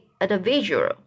individual